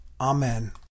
Amen